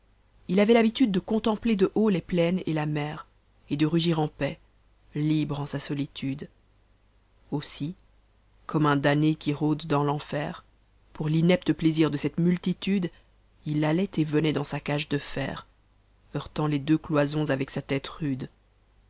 h avait l'habitude de contempler de haut les plaines et la mer et de rugir en paix libre en sa solitude aussi comme un damné qui rôde dans i'enfer pour l'inepte plaisir de cette multitude h allait et venait dans sa cage de fer heurtant les deux cloisons avec sa tête rude